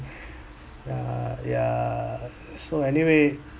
yeah yeah so anyway